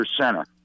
center